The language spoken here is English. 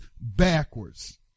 backwards